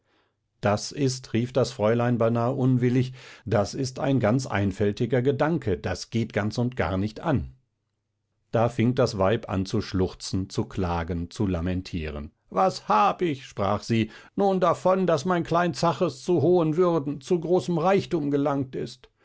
das ist rief das fräulein beinahe unwillig das ist ein ganz einfältiger gedanke das geht ganz und gar nicht an da fing das weib an zu schluchzen zu klagen zu lamentieren was hab ich sprach sie nun davon daß mein klein zaches zu hohen würden zu großem reichtum gelangt ist